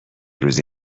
روزی